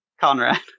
Conrad